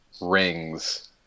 rings